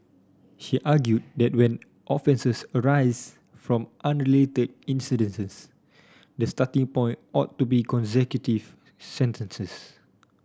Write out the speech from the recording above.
she argued that when offences arise from unrelated incidences the starting point ought to be consecutive sentences